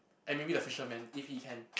and maybe the fisherman if he can